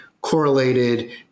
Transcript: correlated